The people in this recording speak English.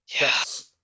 Yes